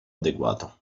adeguato